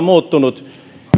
muuttunut